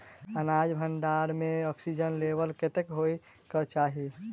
अनाज भण्डारण म ऑक्सीजन लेवल कतेक होइ कऽ चाहि?